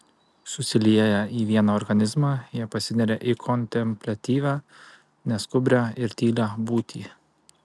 susilieję į vieną organizmą jie pasineria į kontempliatyvią neskubrią ir tylią būtį